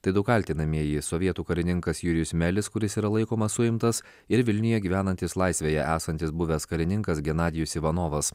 tai du kaltinamieji sovietų karininkas jurijus melis kuris yra laikomas suimtas ir vilniuje gyvenantys laisvėje esantis buvęs karininkas genadijus ivanovas